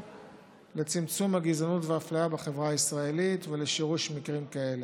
לצמצום הגזענות והאפליה בחברה הישראלית ולשירוש מקרים כאלה.